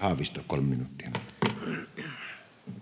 Time: 13:42 Content: